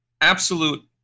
absolute